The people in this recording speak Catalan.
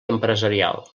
empresarial